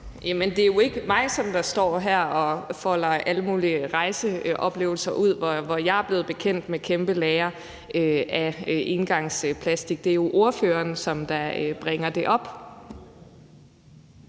(S): Det er jo ikke mig, som står her og folder alle mulige rejseoplevelser ud, hvor jeg er blevet bekendt med kæmpe lagre af engangsplastik. Det er jo ordføreren, som bringer det op.